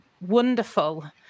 wonderful